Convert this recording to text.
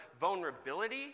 vulnerability